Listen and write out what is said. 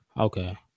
Okay